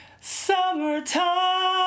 Summertime